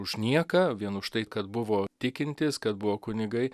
už nieką vien už tai kad buvo tikintys kad buvo kunigai